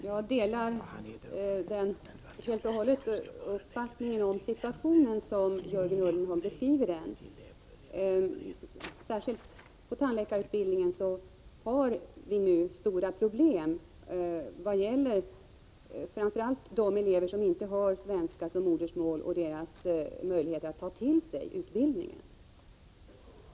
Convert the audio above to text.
Herr talman! Jag delar helt och hållet den uppfattning om situationen som Jörgen Ullenhag har och som han beskriver den. Vi har nu stora problem särskilt i tandläkarutbildningen, framför allt i vad gäller möjligheterna för de elever som inte har svenska som modersmål att ta till sig utbildningen.